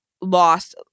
lost